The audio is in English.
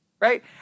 right